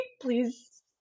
please